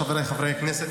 חבריי חברי הכנסת,